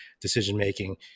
decision-making